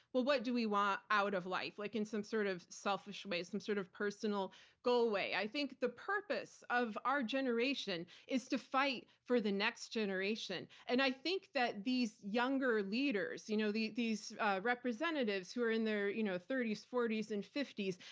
what what do we want out of life? like in some sort of selfish way, some sort of personal goal away. i think the purpose of our generation is to fight for the next generation. and i think that these younger leaders, you know these representatives who are in their you know thirties, forties, and fifties,